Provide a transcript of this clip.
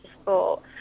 sport